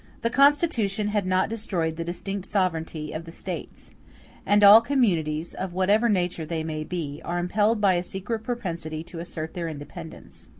the constitution had not destroyed the distinct sovereignty of the states and all communities, of whatever nature they may be, are impelled by a secret propensity to assert their independence.